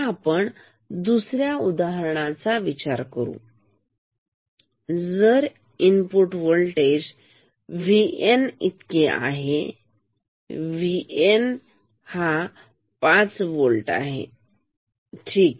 आता आपण दुसऱ्या उदाहरणाचा विचार करू जर इनपुट वोल्टेज जे VN इतके आहे V N 5 volt ठीक